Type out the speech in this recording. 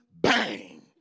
bang